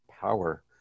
power